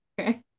Okay